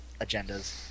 agendas